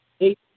eight